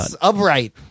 upright